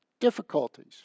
difficulties